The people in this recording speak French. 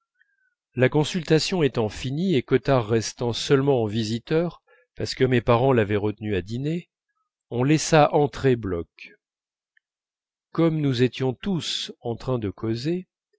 la consultation étant finie et cottard restant seulement en visiteur parce que mes parents l'avaient retenu à dîner on laissa entrer bloch comme nous étions tous en train de causer